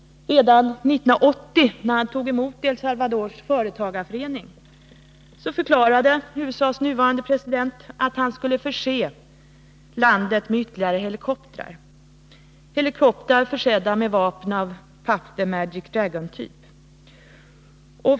Redan 1980, när han tog emot El Salvadors företagarförening, förklarade USA:s nuvarande president att han skulle förse landet med ytterligare helikoptrar, försedda med vapen av Puff the Magic Dragon-typ.